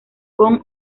con